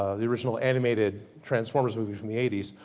ah the original animated transformers movie from the eighty s.